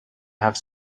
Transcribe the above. have